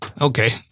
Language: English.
okay